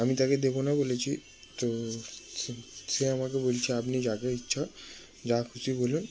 আমি তাকে দেবো না বলেছি তো সে সে আমাকে বলছে আপনি যাকে ইচ্ছা যা খুশি বলুন